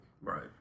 Right